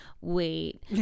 wait